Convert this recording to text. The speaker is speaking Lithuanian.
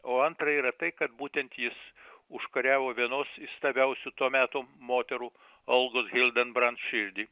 o antra yra tai kad būtent jis užkariavo vienos įstabiausių to meto moterų olgos hildenbrant širdį